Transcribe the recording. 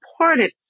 important